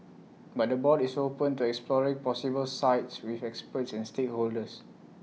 but the board is open to exploring possible sites with experts and stakeholders